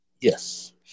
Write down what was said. Yes